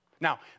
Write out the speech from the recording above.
Now